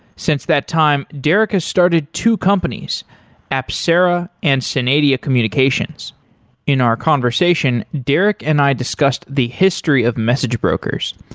since that time, derek has started two companies so apcera and synadia communications in our conversation, derek and i discussed the history of message brokers,